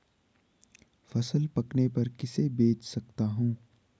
फसल पकने पर किसे बेच सकता हूँ?